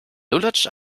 lulatsch